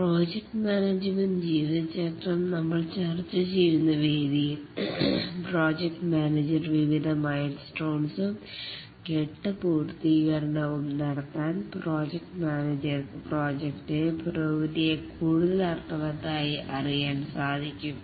project management ജീവിതചക്രം നമ്മൾ ചർച്ചചെയ്യുന്ന വേദിയിൽ പ്രോജക്ട് മാനേജർ വിവിധ മൈൽസ്റ്റോൺസും ഘട്ട പൂർത്തീകരണവും നടത്താൻ പ്രോജക്റ്റ് മാനേജർക്ക് പ്രോജക്റ്റിനെ പുരോഗതിയെ കൂടുതൽ അർത്ഥവത്തായി അറിയാൻ സാധിക്കും